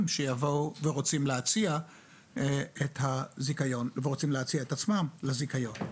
שיבואו ורוצים להציע את עצמם לזיכיון.